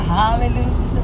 hallelujah